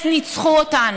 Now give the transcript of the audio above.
האינטרס ניצחו אותנו.